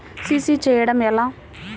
CC చేయడము ఎలా?